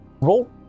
Roll